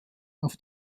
auf